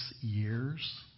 years